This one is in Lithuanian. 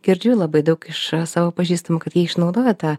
girdžiu labai daug iš savo pažįstamų kad jie išnaudoja tą